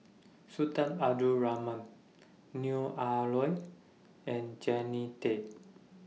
Sultan Abdul Rahman Neo Ah Luan and Jannie Tay